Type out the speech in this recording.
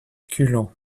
culan